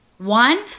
one